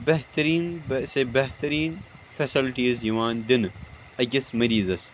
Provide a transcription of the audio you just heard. بہتریٖن سے بہتریٖن فٮ۪سَلٹیٖز یِوان دِنہٕ أکِس مٔریٖضس